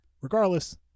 regardless